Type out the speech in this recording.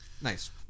Nice